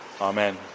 Amen